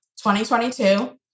2022